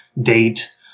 date